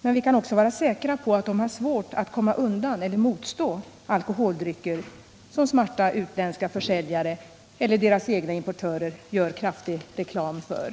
Men vi kan vara säkra på att de här människorna har svårt att motstå alkoholdrycker som smarta utländska försäljare eller deras egna importörer gör kraftig reklam för.